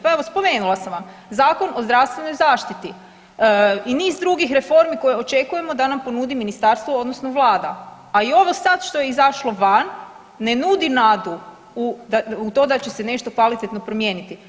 Pa evo spomenula sam vam Zakon o zdravstvenoj zaštiti i niz drugih reformi koje očekujemo da nam ponudi ministarstvo odnosno vlada, a i ovo sad što je izašlo van ne nudi nadu u to da će se nešto kvalitetno promijeniti.